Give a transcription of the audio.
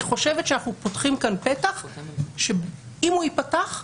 אני חושבת שאנחנו פותחים כאן פתח שאם הוא ייפתח,